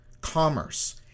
commerce